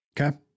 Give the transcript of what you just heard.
Okay